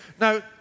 Now